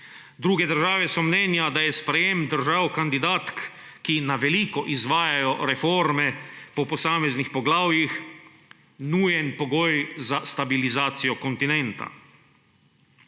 Druge države so mnenja, da je sprejem držav kandidatk, ki na veliko izvajajo reforme po posameznih poglavjih, nujen pogoj za stabilizacijo kontinenta.